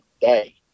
day